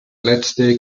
letzte